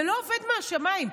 זה לא עובד מהשמיים.